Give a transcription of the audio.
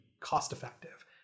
cost-effective